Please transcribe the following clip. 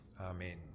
Amen